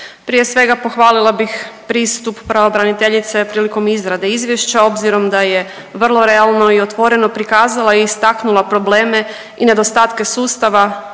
Prije svega pohvalila bih pristup pravobraniteljice prilikom izrade izvješća obzirom da je vrlo realno i otvoreno prikazala i istaknula probleme i nedostatke sustava